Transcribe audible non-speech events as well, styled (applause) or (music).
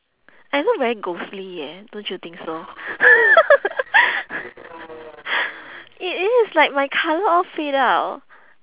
I look very ghostly eh don't you think so (laughs) it is like my colour all fade out